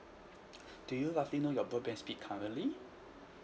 do you roughly know your broadband speed currently